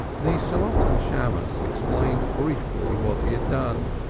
the shalotten shammos explained briefly what he had done.